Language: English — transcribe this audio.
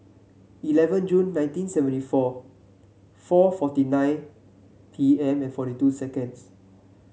eleven June nineteen seventy four four forty nine P M forty two seconds